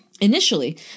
Initially